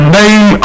name